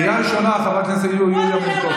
קריאה ראשונה, חברת הכנסת יוליה מלינובסקי.